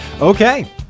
Okay